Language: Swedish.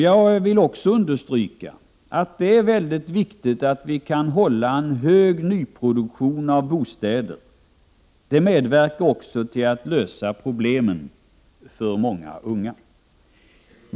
Jag vill understryka att det är viktigt att vi kan upprätthålla en hög nyproduktion av bostäder. Det medverkar till att lösa problemen för många unga.